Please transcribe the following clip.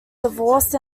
divorced